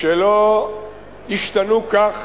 לא השתנו כך